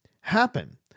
happen